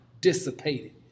dissipated